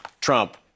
Trump